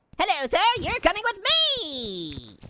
hello, sir, you're coming with me.